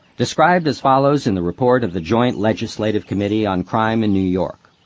described as follows in the report of the joint legislative committee on crime in new york